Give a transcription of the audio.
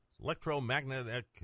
electromagnetic